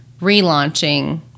relaunching